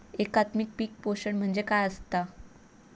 एकात्मिक पीक पोषण म्हणजे काय असतां?